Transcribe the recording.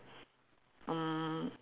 mm